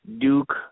Duke